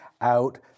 out